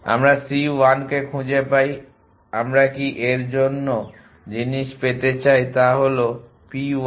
আমরা c1 কে খুঁজে পাই আমরা কি এর জন্য জিনিস পেতে চাই তা হল p1 এবং তাই p2